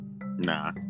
Nah